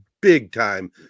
big-time